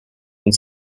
uns